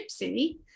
gypsy